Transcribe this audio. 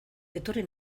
etorri